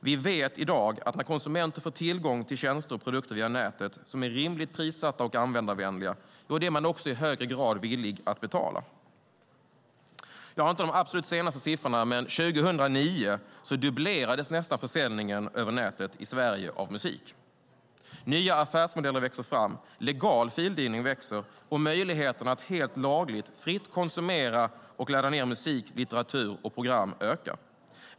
Vi vet i dag att när konsumenter får tillgång till tjänster och produkter via nätet som är rimligt prissatta och användarvänliga är man också i högre grad villig att betala. Jag har inte de absolut senaste siffrorna, men 2009 dubblerades nästan försäljningen av musik över nätet i Sverige. Nya affärsmodeller växer fram. Legal fildelning växer, och möjligheterna att helt lagligt fritt konsumera och ladda ned musik, litteratur och program ökar.